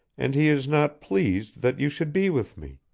and he is not pleased that you should be with me.